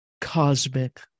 cosmic